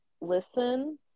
listen